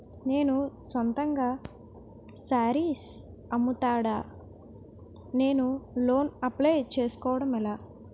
నేను సొంతంగా శారీస్ అమ్ముతాడ, నేను లోన్ అప్లయ్ చేసుకోవడం ఎలా?